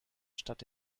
stadt